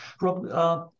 Rob